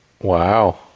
Wow